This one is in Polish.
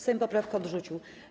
Sejm poprawki odrzucił.